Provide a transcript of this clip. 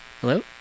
Hello